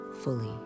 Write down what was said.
fully